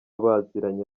baziranye